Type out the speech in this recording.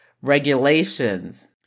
regulations